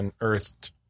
unearthed